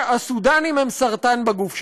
הסודאנים הם סרטן בגוף שלנו.